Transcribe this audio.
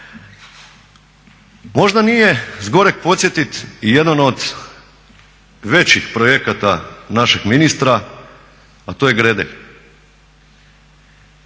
Možda nije s goreg podsjetit i jedan od većih projekata našeg ministra a to je Gredelj.